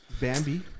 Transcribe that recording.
Bambi